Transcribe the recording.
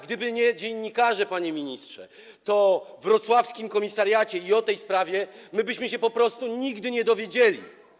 Gdyby nie dziennikarze, panie ministrze, to o wrocławskim komisariacie i o tej sprawie my byśmy się po prostu nigdy nie dowiedzieli.